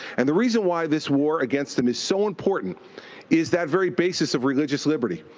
and the reason why this war against them is so important is that very basis of religious liberty.